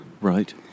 Right